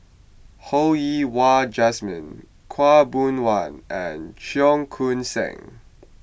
Ho Yen Wah Jesmine Khaw Boon Wan and Cheong Koon Seng